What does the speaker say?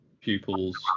pupils